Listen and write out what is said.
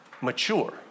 mature